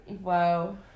Wow